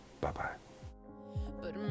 bye-bye